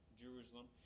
Jerusalem